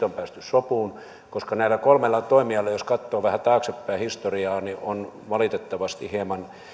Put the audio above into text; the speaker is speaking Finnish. on päästy sopuun koska näillä kolmella toimijalla jos katsoo historiaa vähän taaksepäin on valitettavasti hieman